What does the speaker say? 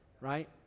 Right